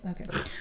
Okay